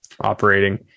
operating